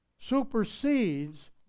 supersedes